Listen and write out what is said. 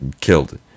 killed